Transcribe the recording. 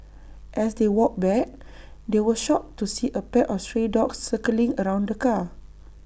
as they walked back they were shocked to see A pack of stray dogs circling around the car